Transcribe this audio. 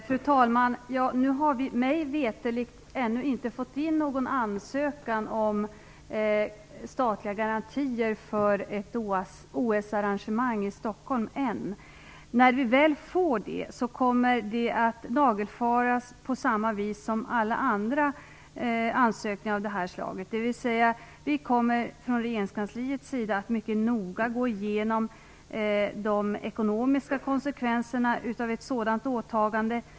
Fru talman! Nu har vi mig veterligt ännu inte fått in någon ansökan om statliga garantier för ett OS arrangemang i Stockholm. När vi väl får det kommer den att nagelfaras på samma vis som alla andra ansökningar av detta slag. Vi kommer från regeringskansliets sida att mycket noga gå igenom de ekonomiska konsekvenserna av ett sådan åtagande.